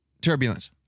Turbulence